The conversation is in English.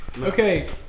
Okay